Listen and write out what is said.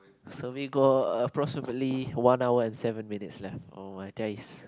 so we got approximately one hour and seven minutes left oh my dice